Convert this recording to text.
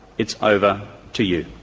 it's over to you.